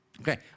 Okay